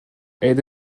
elle